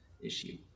issue